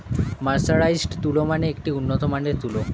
mercerised তুলো মানে একটি উন্নত মানের তুলো